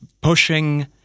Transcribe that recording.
pushing